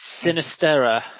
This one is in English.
Sinistera